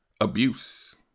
abuse